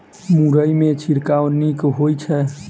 मुरई मे छिड़काव नीक होइ छै?